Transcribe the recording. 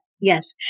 Yes